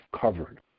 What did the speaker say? covered